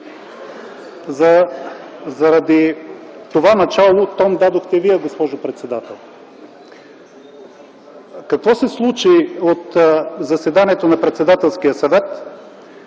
За това начало тон дадохте Вие, госпожо председател. Какво се случи от заседанието на Председателския съвет